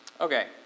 Okay